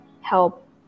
help